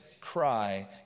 cry